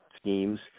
schemes